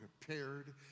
prepared